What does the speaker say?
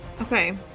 Okay